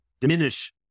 diminish